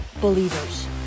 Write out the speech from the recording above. believers